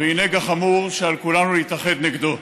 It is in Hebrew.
והיא נגע חמור שעל כולנו להתאחד נגדו.